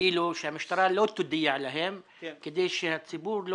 שהמשטרה לא תודיע להם כדי שהציבור לא